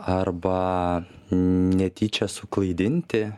arba netyčia suklaidinti